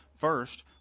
First